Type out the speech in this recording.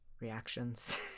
reactions